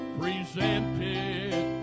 presented